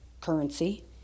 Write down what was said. currency